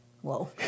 whoa